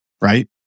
right